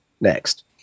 next